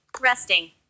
Resting